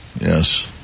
yes